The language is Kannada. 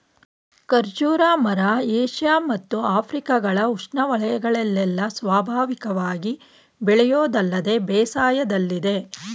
ಖರ್ಜೂರದ ಮರ ಏಷ್ಯ ಮತ್ತು ಆಫ್ರಿಕಗಳ ಉಷ್ಣವಯಗಳಲ್ಲೆಲ್ಲ ಸ್ವಾಭಾವಿಕವಾಗಿ ಬೆಳೆಯೋದಲ್ಲದೆ ಬೇಸಾಯದಲ್ಲಿದೆ